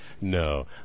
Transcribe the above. No